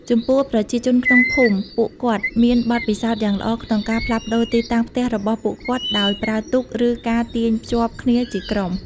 ចំពោះ ប្រជាជនក្នុងភូមិពួកគាត់មានបទពិសោធន៍យ៉ាងល្អក្នុងការផ្លាស់ប្ដូរទីតាំងផ្ទះរបស់ពួកគាត់ដោយប្រើទូក ឬការទាញភ្ជាប់គ្នាជាក្រុម។